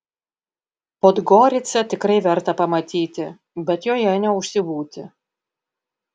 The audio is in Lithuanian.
podgoricą tikrai verta pamatyti bet joje neužsibūti